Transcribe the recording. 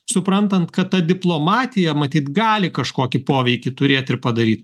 suprantant kad ta diplomatija matyt gali kažkokį poveikį turėt ir padaryt